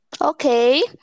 okay